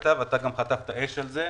ואתה גם חטפת אש על זה.